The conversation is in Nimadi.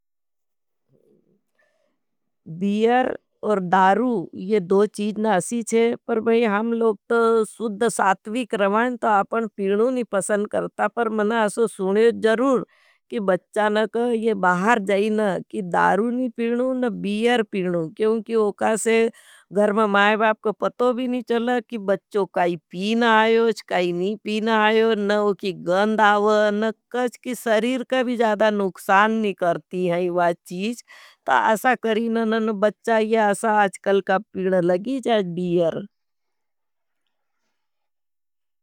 बीर और दारू ये दो चीज़ न असी छे, पर भई हम लोग तो सुद्ध सात्विक रवाईं। तो आपन पीनू नी पसं करता, पर मना असो सुनेयो जरूर, कि बच्चा न कह। ये बाहर जाईन, कि दारू नी पीनू, न बीर पीनू, क्योंकि उकासे गर्म माये बाप को पतो भी नी चला। कि बच्चो काई पीना आयोज, काई नी पीना आयोज, न उकी गंद आवा। न कच कि सरीर कभी ज़्यादा नुक्सान नी करती हैं वा चीज। ता आसा करी, ननन बच्चा ये आजकल का पीड़ा लगी, जाएँ बीर।